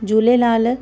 Jhulelal